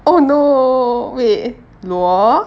oh no wait luo